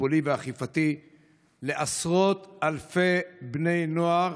טיפולי ואכיפתי לעשרות אלפי בני נוער